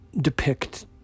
depict